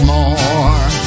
More